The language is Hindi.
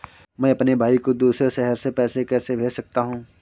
मैं अपने भाई को दूसरे शहर से पैसे कैसे भेज सकता हूँ?